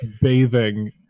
bathing